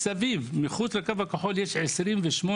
מסביב מחוץ לקו הכחול יש 28,000,